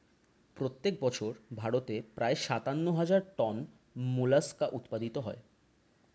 প্রত্যেক বছর ভারতে প্রায় সাতান্ন হাজার টন মোলাস্কা উৎপাদিত হয়